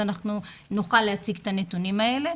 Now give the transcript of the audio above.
אנחנו נוכל להציג את הנתונים האלה.